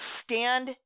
stand